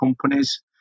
companies